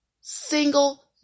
single